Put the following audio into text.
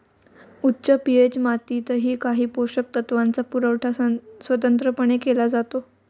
उच्च पी.एच मातीतही काही पोषक तत्वांचा पुरवठा स्वतंत्रपणे केला जातो